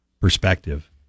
perspective